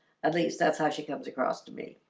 at least that's how she comes across to me.